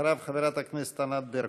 אחריו, חברת הכנסת ענת ברקו.